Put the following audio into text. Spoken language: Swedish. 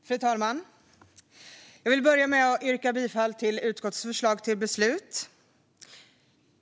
Fru talman! Jag vill börja med att yrka bifall till utskottets förslag till beslut.